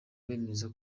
bemeza